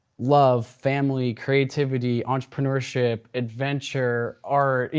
love, family, creativity, entrepreneurship, adventure, art,